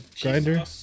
grinder